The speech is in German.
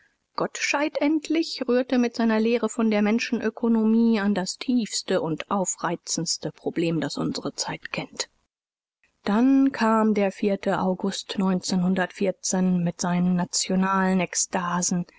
goldscheid endlich rührte mit seiner lehre von der menschenökonomie an das tiefste u aufreizendste problem das unsere zeit kennt dann kam der august mit seinen nationalen ekstasen